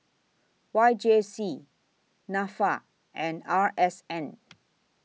Y J C Nafa and R S N